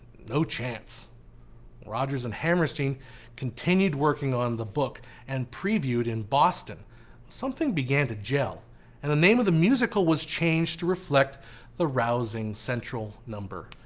no chance rodgers and hammerstein continued working on the book and previewed in boston something began to gel and the name of the musical was changed to reflect a rousing central number.